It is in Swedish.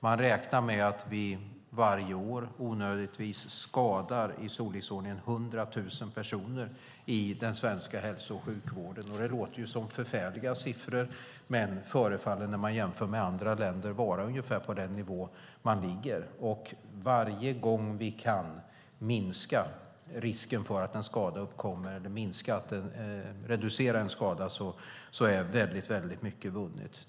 Det beräknas att vi i den svenska hälso och sjukvården varje år skadar ungefär 100 000 personer i onödan. Det låter som förfärliga siffror, men när man jämför med andra länder förefaller det som att man ligger på ungefär den nivån. Varje gång vi kan minska risken för att en skada uppkommer, eller reducera en skada är mycket vunnet.